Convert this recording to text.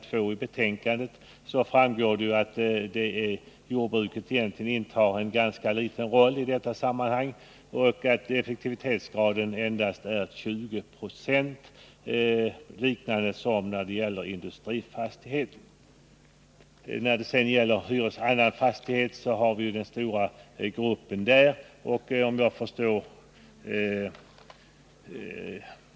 2i betänkandet framgår att jordbruket spelar en ganska liten roll i detta szmmanhang. Effektivitetsgraden är där endast 20 96, dvs. ungefär densamma som för industrifastigheter. Den höga effektivitetsgraden finns i gruppen annan fastighet.